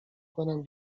کنم